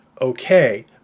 Okay